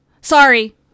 Sorry